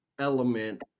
element